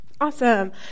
Awesome